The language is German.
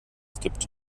gibt